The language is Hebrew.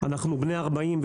אנחנו בני 40,